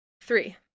Three